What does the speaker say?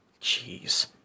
Jeez